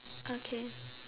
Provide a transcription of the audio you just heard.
okay